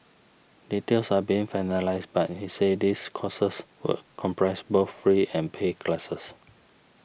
details are being finalised but he said these courses would comprise both free and paid classes